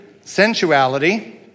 sensuality